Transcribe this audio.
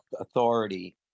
authority